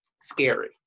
scary